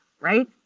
right